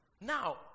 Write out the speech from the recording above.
Now